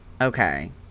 Okay